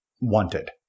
wanted